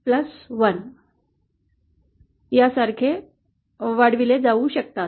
यासारखे वाढविले जाऊ शकतात